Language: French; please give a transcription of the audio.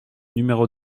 numéro